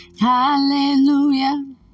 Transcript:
Hallelujah